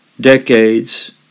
decades